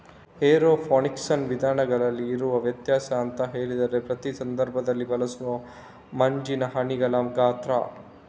ಏರೋಫೋನಿಕ್ಸಿನ ವಿಧಗಳಲ್ಲಿ ಇರುವ ವ್ಯತ್ಯಾಸ ಅಂತ ಹೇಳಿದ್ರೆ ಪ್ರತಿ ಸಂದರ್ಭದಲ್ಲಿ ಬಳಸುವ ಮಂಜಿನ ಹನಿಗಳ ಗಾತ್ರ